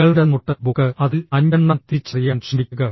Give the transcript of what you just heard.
നിങ്ങളുടെ notebook അതിൽ അഞ്ചെണ്ണം തിരിച്ചറിയാൻ ശ്രമിക്കുക